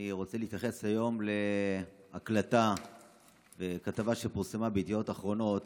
אני רוצה להתייחס היום להקלטה בכתבה שפורסמה בידיעות אחרונות